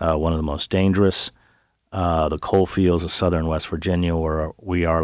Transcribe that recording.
one of the most dangerous the coal fields of southern west virginia or we are